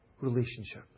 relationship